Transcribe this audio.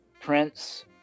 Prince